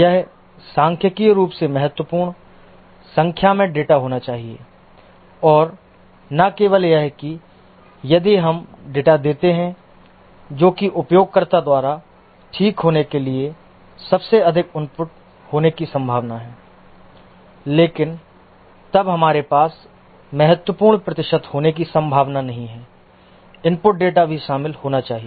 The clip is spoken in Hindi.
यह सांख्यिकीय रूप से महत्वपूर्ण संख्या में डेटा होना चाहिए और न केवल यह कि यदि हम डेटा देते हैं जो कि उपयोगकर्ता द्वारा ठीक होने के लिए सबसे अधिक इनपुट होने की संभावना है लेकिन तब हमारे पास महत्वपूर्ण प्रतिशत होने की संभावना नहीं है इनपुट डेटा भी शामिल होना चाहिए